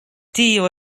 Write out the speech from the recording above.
tio